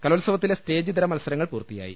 കലോത്സവത്തിലെ stage ഇതര മത്സരങ്ങൾ പൂർത്തിയായി